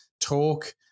talk